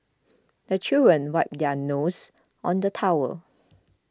the children wipe their noses on the towel